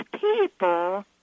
people